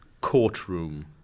Courtroom